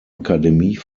akademie